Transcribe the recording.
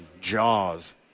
Jaws